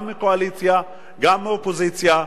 גם מהקואליציה וגם מהאופוזיציה,